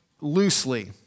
loosely